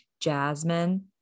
Jasmine